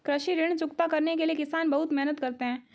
कृषि ऋण चुकता करने के लिए किसान बहुत मेहनत करते हैं